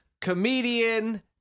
comedian